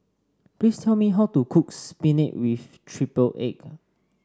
please tell me how to cook spinach with triple egg